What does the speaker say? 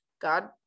God